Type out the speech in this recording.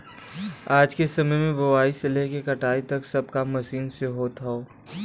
आज के समय में बोआई से लेके कटाई तक सब काम मशीन से होत हौ